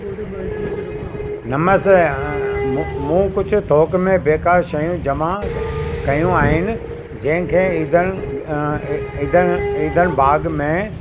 नमस्ते मूं मूं कुझु थोक में बेकार शयूं जमा कयूं आहिनि जंहिं खे ईदन ईदन ईदन बाग़ में